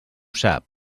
sap